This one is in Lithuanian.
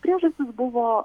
priežastys buvo